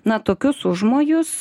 na tokius užmojus